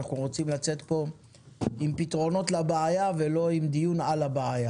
אנחנו רוצים לצאת פה עם פתרונות לבעיה ולא עם דיון על הבעיה.